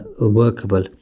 workable